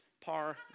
par